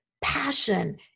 passion